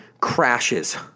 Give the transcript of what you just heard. crashes